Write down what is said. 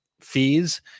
fees